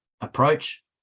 approach